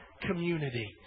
community